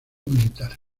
militar